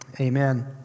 amen